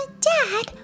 Dad